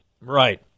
Right